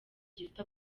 gifite